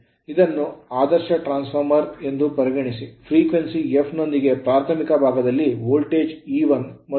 ಇದನ್ನು ಆದರ್ಶ transformer ಎಂದು ಪರಿಗಣಿಸಿ frequency ಫ್ರೀಕ್ವೆನ್ಸಿ f ನೊಂದಿಗೆ ಪ್ರಾಥಮಿಕ ಭಾಗದಲ್ಲಿ ವೋಲ್ಟೇಜ್ E1